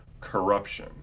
corruption